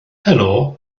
helo